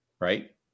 right